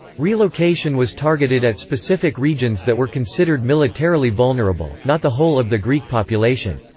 relocation was targeted at specific regions that were considered militarily vulnerable, not the whole of the greek population.